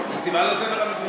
פסטיבל הזמר המזרחי.